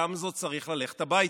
גמזו צריך ללכת הביתה,